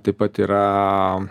taip pat yra